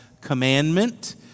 commandment